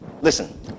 Listen